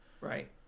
Right